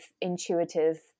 intuitive